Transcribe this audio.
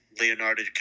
Leonardo